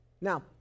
Now